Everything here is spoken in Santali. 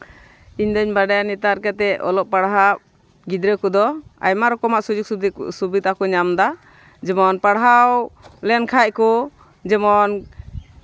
ᱤᱧᱫᱚᱧ ᱵᱟᱲᱟᱭᱟ ᱱᱮᱛᱟᱨ ᱠᱟᱛᱮᱫ ᱚᱞᱚᱜ ᱯᱟᱲᱦᱟᱜ ᱜᱤᱫᱽᱨᱟᱹ ᱠᱚᱫᱚ ᱟᱭᱢᱟ ᱨᱚᱠᱚᱢᱟᱜ ᱥᱩᱡᱳᱜᱽ ᱥᱩᱵᱤᱫᱟ ᱠᱚ ᱧᱟᱢᱫᱟ ᱡᱮᱢᱚᱱ ᱯᱟᱲᱦᱟᱣ ᱞᱮᱱᱠᱷᱟᱡ ᱠᱚ ᱡᱮᱢᱚᱱ